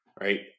Right